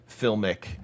filmic